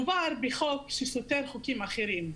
מדובר בחוק שסותר חוקים אחרים,